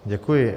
Děkuji.